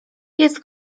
jest